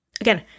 Again